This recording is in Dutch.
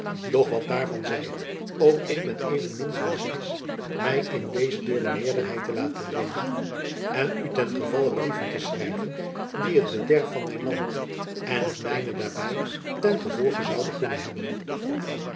doch wat daarvan zij ook ik ben evenmin van zins my in dezen door de meerderheid te laten dwingen en u ten gevalle brieven te schrijven die het bederf van mijn land en het mijne daarby ten gevolge zouden kunnen hebben